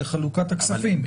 לחלוקת הכספים.